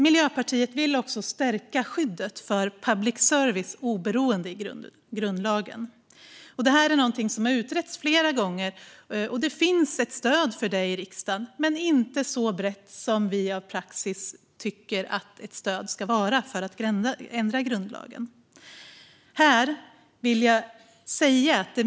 Miljöpartiet vill också stärka skyddet för public services oberoende i grundlagen. Det har utretts flera gånger, och det finns ett stöd för det i riksdagen. Men stödet är inte så brett som vi enligt praxis tycker att ett stöd ska vara för att ändra grundlagen.